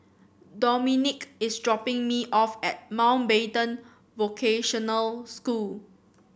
Dominic is dropping me off at Mountbatten Vocational School